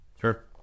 Sure